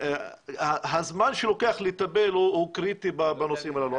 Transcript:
הזמן שלוקח לטפל הוא קריטי בנושאים הללו,